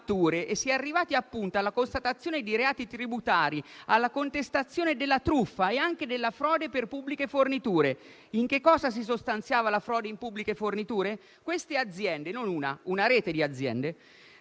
e si è arrivati appunto alla constatazione di reati tributari, alla contestazione della truffa e anche della frode per pubbliche forniture. In che cosa si sostanzia la frode in pubbliche forniture? Queste aziende» non una, ma una rete di aziende